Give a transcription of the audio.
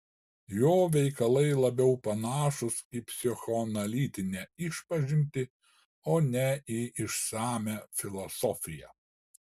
jo veikalai labiau panašūs į psichoanalitinę išpažintį o ne į išsamią filosofiją